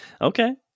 Okay